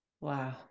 Wow